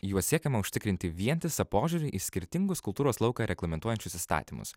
juo siekiama užtikrinti vientisą požiūrį į skirtingus kultūros lauką reglamentuojančius įstatymus